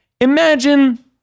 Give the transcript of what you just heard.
imagine